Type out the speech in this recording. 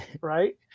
right